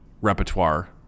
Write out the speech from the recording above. repertoire